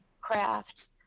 craft